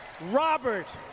Robert